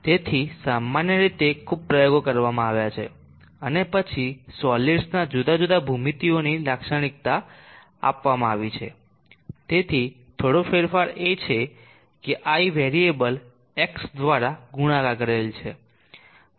તેથી સામાન્ય રીતે ખૂબ પ્રયોગો કરવામાં આવ્યા છે અને પછી સોલિડ્સના જુદા જુદા ભૂમિતિઓની લાક્ષણિકતા આપવામાં આવી છે તેથી થોડો ફેરફાર છે કે I વેરીએબલ X દ્વારા ગુણાકાર કરેલ છે